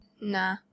Nah